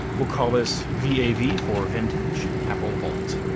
we'll call this vav for vintage apple vault.